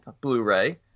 Blu-ray